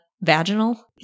vaginal